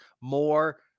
more